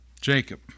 Jacob